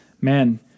Man